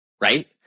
right